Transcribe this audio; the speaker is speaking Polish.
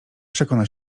przekona